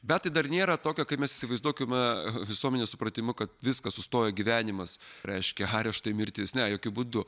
bet tai dar nėra tokio kaip mes įsivaizduokime visuomenės supratimu kad viskas sustoja gyvenimas reiškia areštai mirtys ne jokiu būdu